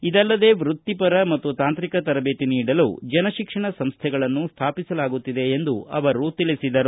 ಇದಲ್ಲದೇ ವೃತ್ತಿತರ ಮತ್ತು ತಾಂತ್ರಿಕ ತರಬೇತಿ ನೀಡಲು ಜನಶಿಕ್ಷಣ ಸಂಸ್ಥೆಗಳನ್ನು ಸ್ವಾಪಿಸಲಾಗುತ್ತಿದೆ ಎಂದು ತಿಳಿಸಿದರು